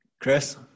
Chris